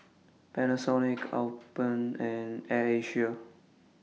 Panasonic Alpen and Air Asia